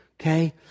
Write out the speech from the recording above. okay